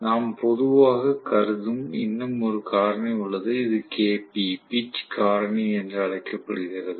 நாம் பொதுவாகக் கருதும் இன்னும் ஒரு காரணி உள்ளது இது Kp பிட்ச் காரணி என்று அழைக்கப்படுகிறது